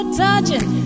touching